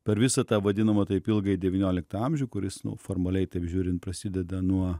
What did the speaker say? per visą tą vadinamą taip ilgąjį devynioliktą amžių kuris nu formaliai taip žiūrint prasideda nuo